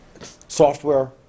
Software